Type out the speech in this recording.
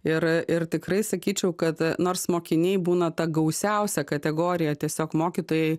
ir a ir tikrai sakyčiau kad a nors mokiniai būna ta gausiausia kategorija tiesiog mokytojai